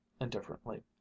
indifferently